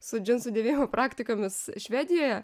su džinsų dėvėjimo praktikomis švedijoje